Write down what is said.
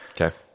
Okay